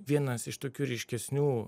vienas iš tokių ryškesnių